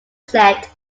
set